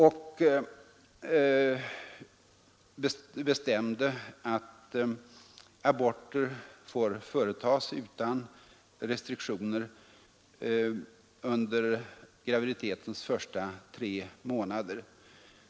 Högsta domstolen har bestämt att aborter får företas utan restriktioner under graviditetens första tre månader.